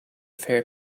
fair